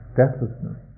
deathlessness